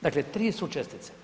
Dakle, 3 su čestice.